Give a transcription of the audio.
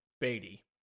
Beatty